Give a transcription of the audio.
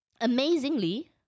Amazingly